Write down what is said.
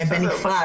בנפרד,